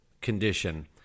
condition